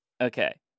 Okay